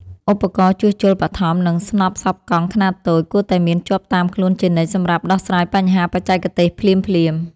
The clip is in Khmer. ឧបករណ៍ជួសជុលបឋម និងស្នប់សប់កង់ខ្នាតតូច គួរតែមានជាប់តាមខ្លួនជានិច្ចសម្រាប់ដោះស្រាយបញ្ហាបច្ចេកទេសភ្លាមៗ។